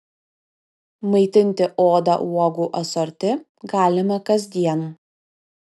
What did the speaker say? maitinti odą uogų asorti galima kasdien